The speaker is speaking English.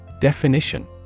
Definition